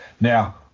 Now